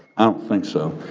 i don't think so.